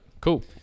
cool